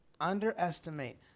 underestimate